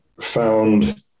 found